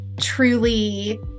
truly